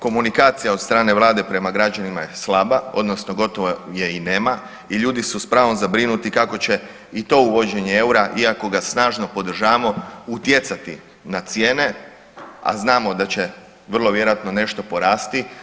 Komunikacija od strane vlade prema građanima je slaba odnosno gotovo je i nema i ljudi su s pravom zabrinuti kako će i to uvođenje eura iako ga snažno podržavamo utjecati na cijene, a znamo da će vrlo vjerojatno nešto porasti.